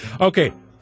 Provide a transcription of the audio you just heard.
okay